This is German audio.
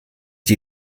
die